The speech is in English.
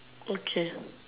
okay